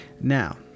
now